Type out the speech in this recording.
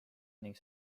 ning